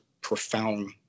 profound